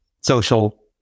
social